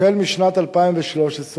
החל משנת 2013,